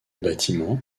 bâtiment